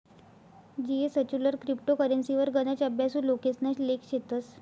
जीएसचोलर क्रिप्टो करेंसीवर गनच अभ्यासु लोकेसना लेख शेतस